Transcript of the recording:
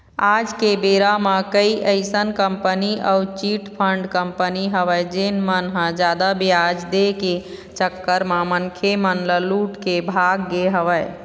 आज के बेरा म कई अइसन कंपनी अउ चिटफंड कंपनी हवय जेन मन ह जादा बियाज दे के चक्कर म मनखे मन ल लूट के भाग गे हवय